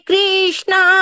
Krishna